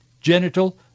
genital